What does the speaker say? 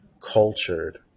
cultured